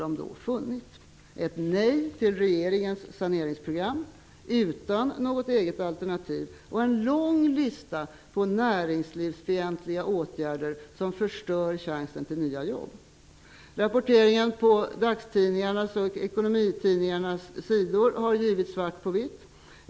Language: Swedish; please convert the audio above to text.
De har funnit ett nej till regeringens saneringsprogram utan några alternativ, och de har funnit en lång lista på näringslivsfientliga åtgärder som förstör chansen till nya jobb. Rapporteringen i dagstidningarna och ekonomitidningarna har givit svart på vitt.